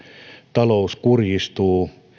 talous kurjistuu